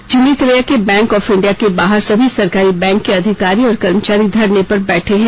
झुमरीतिलैया के bank of India के बाहर सभी सरकारी बैंक के अधिकारी और कर्मचारी धरने पर बैठे हैं